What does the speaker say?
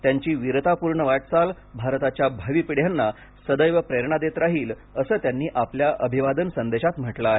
त्यांची वीरतापूर्ण वाटचाल भारताच्या भावी पिढ्यांना सदैव प्रेरणा देत राहील असं त्यांनी आपल्या अभिवादन संदेशात म्हटलं आहे